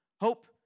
Hope